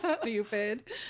Stupid